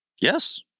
Yes